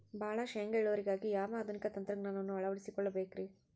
ಭಾಳ ಶೇಂಗಾ ಇಳುವರಿಗಾಗಿ ಯಾವ ಆಧುನಿಕ ತಂತ್ರಜ್ಞಾನವನ್ನ ಅಳವಡಿಸಿಕೊಳ್ಳಬೇಕರೇ?